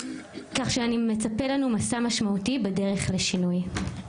כך שמצפה לנו מסע משמעותי בדרך לשינוי.